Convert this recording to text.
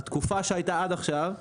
בתקופה שהייתה עד עכשיו,